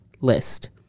list